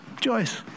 Joyce